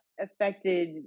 affected